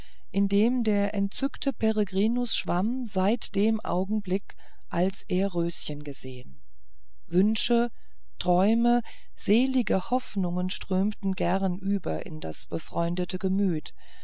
in dem der entzückte peregrinus schwamm seit dem augenblick als er röschen gesehen wünsche träume selige hoffnungen strömen gern über in das befreundete gemüt